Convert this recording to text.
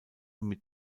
mit